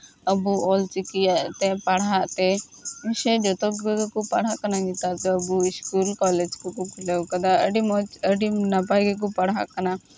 ᱟᱵᱚ ᱚᱞ ᱪᱤᱠᱤ ᱛᱮ ᱯᱟᱲᱦᱟᱜ ᱛᱮ ᱥᱮ ᱡᱚᱛᱚ ᱠᱚᱜᱮ ᱠᱚ ᱯᱟᱲᱦᱟᱜ ᱠᱟᱱᱟ ᱱᱮᱛᱟᱨ ᱫᱚ ᱟᱵᱚ ᱤᱥᱠᱩᱞ ᱠᱚᱞᱮᱡᱽ ᱠᱚᱠᱚ ᱠᱷᱩᱞᱟᱹᱣ ᱠᱟᱫᱟ ᱟᱹᱰᱤ ᱢᱚᱡᱽ ᱟᱹᱰᱤ ᱱᱟᱯᱟᱭ ᱜᱮᱠᱚ ᱯᱟᱲᱦᱟᱜ ᱠᱟᱱᱟ